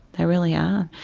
they really are.